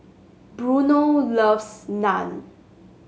Bruno loves Naan